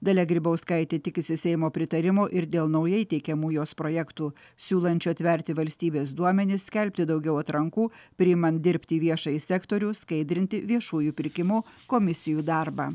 dalia grybauskaitė tikisi seimo pritarimo ir dėl naujai teikiamų jos projektų siūlančių atverti valstybės duomenis skelbti daugiau atrankų priimant dirbti į viešąjį sektorių skaidrinti viešųjų pirkimų komisijų darbą